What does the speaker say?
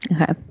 Okay